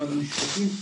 משרד המשפטים.